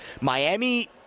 Miami